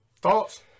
thoughts